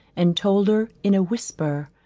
and told her in a whisper,